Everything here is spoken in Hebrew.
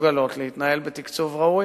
מסוגלות להתנהל בתקצוב ראוי,